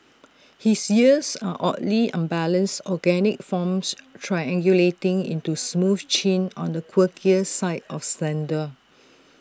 his ears are oddly unbalanced organic forms triangulating into smooth chin on the quirkier side of slender